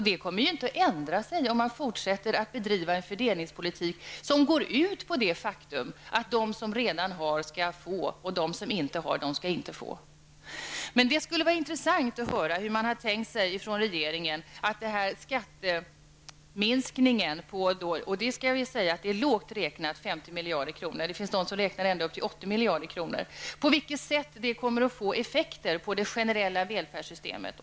Detta kommer inte att ändra sig om man fortsätter att bedriva en fördelningspolitik som går ut på att de som redan har skall få och de som inte har skall inte få. Det skulle vara intressant att höra hur man från regeringen har tänkt sig att denna skatteintäktsminskning på lågt räknat 50 miljarder -- det finns de som räknar med ända upp till 80 miljarder -- skall få effekt på det generella välfärdssystemet.